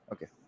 Okay